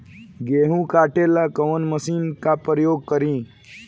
गेहूं काटे ला कवन मशीन का प्रयोग करी?